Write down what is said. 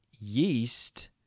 yeast